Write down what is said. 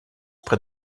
près